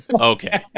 Okay